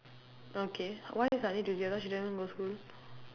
okay why suddenly she don't even go school